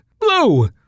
Blue